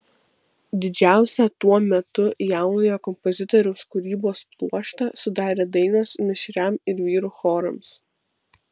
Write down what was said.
didžiausią tuo metu jaunojo kompozitoriaus kūrybos pluoštą sudarė dainos mišriam ir vyrų chorams